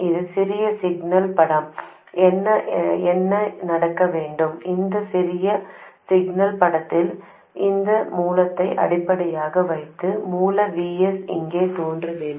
இது சிறிய சிக்னல் படம் என்ன நடக்க வேண்டும் இந்த சிறிய சிக்னல் படத்தில் இந்த மூலத்தை அடிப்படையாக வைத்து மூல Vs இங்கே தோன்ற வேண்டும்